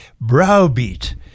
browbeat